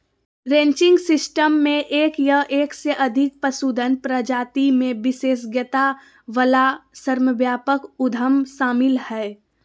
ranching system मे एक या एक से अधिक पशुधन प्रजाति मे विशेषज्ञता वला श्रमव्यापक उद्यम शामिल हय